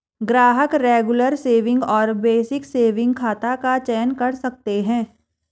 ग्राहक regular saving और basic saving खाता का चयन कर सकते है